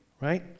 right